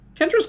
Kendra's